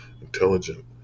intelligent